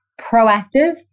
proactive